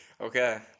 Okay